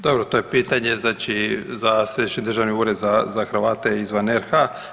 Dobro to je pitanje znači za Središnji državni ured za Hrvate izvan RH.